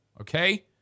Okay